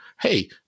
hey